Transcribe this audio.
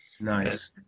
Nice